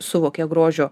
suvokia grožio